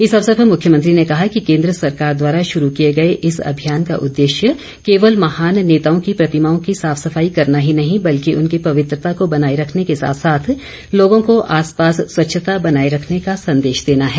इस अवसर पर मुख्यमंत्री ने कहा कि केन्द्र सरकार द्वारा शुरू किए गए इस अभियान का उद्देश्य केवल महान नेताओं की प्रतिमाओं की साफ सफाई करना ही नहीं बल्कि उनकी पवित्रता को बनाए रखने के साथ साथ लोगों को आसपास स्वच्छता बनाए रखने का संदेश देना है